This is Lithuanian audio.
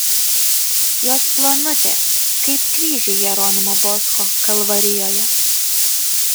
jos plonutės kaip kryžiai jeronimo boscho kalvarijoje